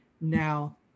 now